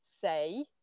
say